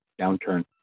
downturn